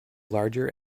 larger